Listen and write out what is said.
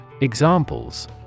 EXAMPLES